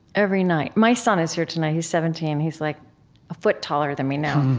every night my son is here tonight. he's seventeen. he's like a foot taller than me now.